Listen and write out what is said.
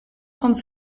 trente